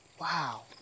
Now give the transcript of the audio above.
wow